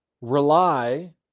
rely